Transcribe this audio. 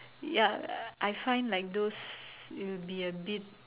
ya I find like those will be a bit